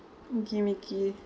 give me key